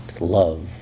love